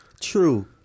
True